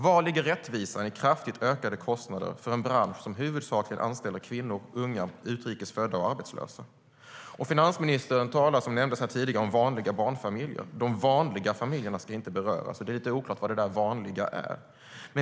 Var ligger rättvisan i kraftigt ökade kostnader för en bransch som huvudsakligen anställer kvinnor, unga, utrikes födda och arbetslösa? Finansministern talar, som nämndes tidigare, om vanliga barnfamiljer. De vanliga familjerna ska inte komma att beröras. Det är lite oklart vad det där vanliga är.